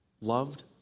loved